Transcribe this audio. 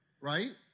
right